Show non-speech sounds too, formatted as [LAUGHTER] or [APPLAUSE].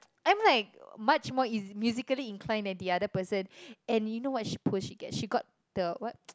[NOISE] I'm like much more eas~ musically inclined than the other person and you know what she post she get the what [NOISE]